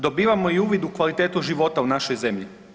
Dobivamo i uvid u kvalitetu života u našoj zemlji.